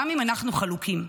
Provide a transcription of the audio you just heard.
גם אם אנחנו חלוקים.